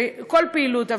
וכל פעילות.